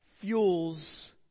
fuels